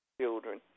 children